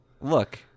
look